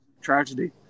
tragedy